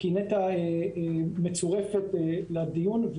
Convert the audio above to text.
כי נת"ע מצורפת לדיון,